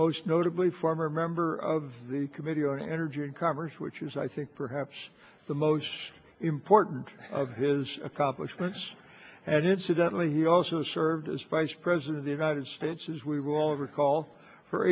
most notably former member of the committee on energy and commerce which is i think perhaps the most important of his accomplishments and incidentally he also served as vice president of the united states as we will recall for